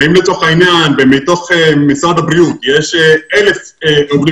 אם לצורך העניין בתוך משרד הבריאות יש 1,000 עובדים